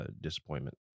disappointment